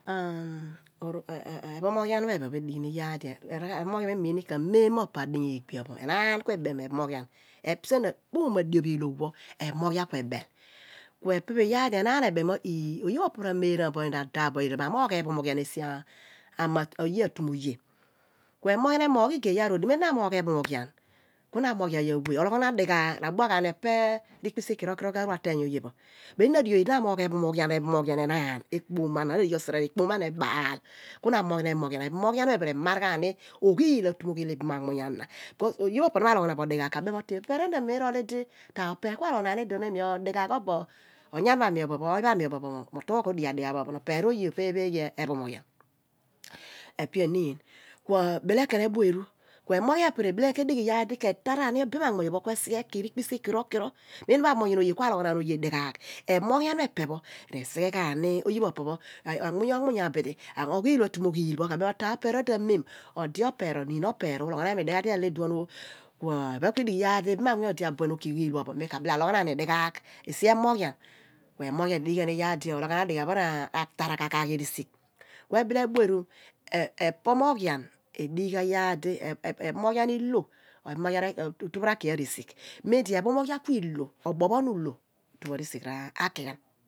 ephomoghian pho epher pho enighim ka mem opo adinya iigbia pho ignan kui lom, mo ephomoghan oomo adioph pho iilogh pho ephomoghian ku ebel ku epe iyaar di enaan ebem mo oomo abuen ro daph pho nyodi mo omogh ephomoghian oye atum oye mem di na amogh ephonoghian ologhanaan radua ghaani rikyis kuro kuro karu ateeny oye mem di na oye di na amoogh ephomoghian enaan ekpom mo eserere ephomoghian pho ephen pho re maar ghaai ogheel atum ogheel ibam anmunny ana kuos oye pho opo pho na aloghanaan bo dighaagh ka bam teh epeer mem irol di opeer ku loghaian obo onyani pha mi opho oony pha mi opho mu mgha odighi odighi adighaagh pho ophon pho epe eniin bile khen ephomoghian pho epe pho re tura ghaani ibam amuuny ke bighe eqhi rikpisi kiro kiro men di na ephomoghian oye ku aloghonaan oye dighaagh resighe ghaan amuuny anmuuny ogheel amim ogheel ko bem mo tah epeer doh amem ode opeer oniin opeer uloghonan imi dighaagh li erol iduon ku ibam anmuuny pho ogheel pho phon mika abile aloghanadi dighaagh esi epho moghian ku ephomoghian pho redighi iyaar ologhonaan adighaagh ratura ghan koghi resigh ku ebile bue eru e/pomoghian redighi ghan iyaar di otu pho rakui ghan risigh otu di obophonu ulo ephomoghian ilo otu pho risigh ra ki ghan